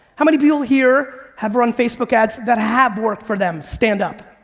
how many people here have run facebook ads that have worked for them, stand up.